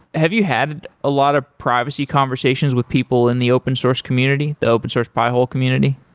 have you had a lot of privacy conversations with people in the open source community, the open source pi-hole community?